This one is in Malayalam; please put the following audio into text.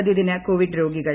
പ്രതിദിന കോവിഡ് രോഗികൾ